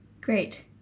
Great